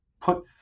put